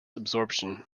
absorption